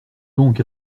donc